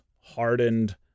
hardened